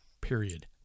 period